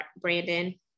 Brandon